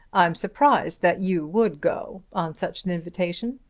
i'm surprised that you would go on such an invitation.